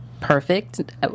perfect